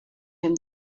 him